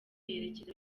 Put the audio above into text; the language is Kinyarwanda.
yerekeza